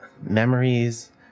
memories